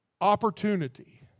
opportunity